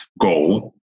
goal